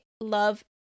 love